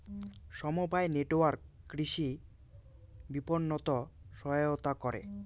সমবায় নেটওয়ার্ক কৃষি বিপণনত সহায়তা করে